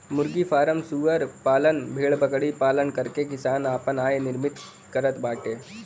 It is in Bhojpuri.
मुर्गी फ्राम सूअर पालन भेड़बकरी पालन करके किसान आपन आय निर्मित करत बाडे